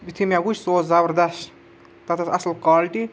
یُتھُے مےٚ وُچھ سُہ اوس زبردست تَتھ ٲس اصٕل کوٛالٹی